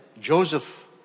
Joseph